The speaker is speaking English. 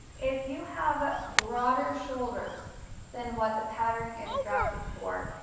if you have broader shoulders than what the pattern is drafted for,